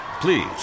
Please